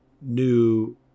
new